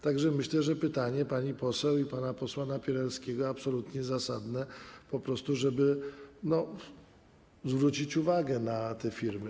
Tak że myślę, że pytania pani poseł i pana posła Napieralskiego są absolutnie zasadne, po prostu żeby zwrócić uwagę na te firmy.